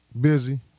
busy